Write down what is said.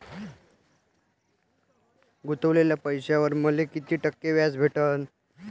गुतवलेल्या पैशावर मले कितीक टक्के व्याज भेटन?